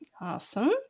Awesome